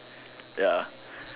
ya